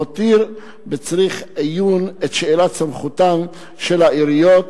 והותיר בצריך עיון את שאלת סמכותן של העיריות